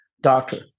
doctor